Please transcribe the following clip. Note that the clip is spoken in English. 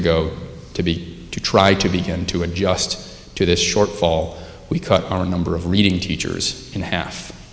ago to be to try to begin to adjust to this shortfall we cut our number of reading teachers in half